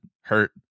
hurt